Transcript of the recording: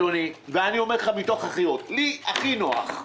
אדוני ואני אומר לך מתוך אחריות כי לי הכי נוח,